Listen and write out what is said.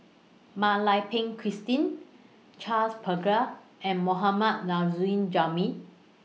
Mak Lai Peng Christine Charles Paglar and Mohammad Nurrasyid Juraimi